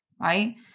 right